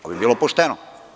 To bi bilo pošteno.